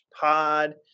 pod